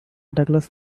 douglas